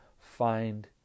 find